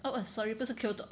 oh oh sorry 不是 Kyoto